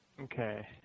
Okay